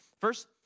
First